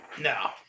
No